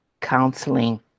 counseling